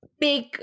big